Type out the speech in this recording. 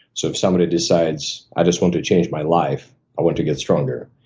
so if somebody decides, i just want to change my life. i want to get stronger.